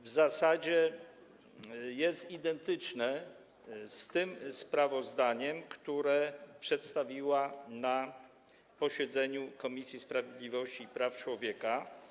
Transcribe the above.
w zasadzie jest identyczne z tym sprawozdaniem, które przedstawiła na posiedzeniu Komisji Sprawiedliwości i Praw Człowieka.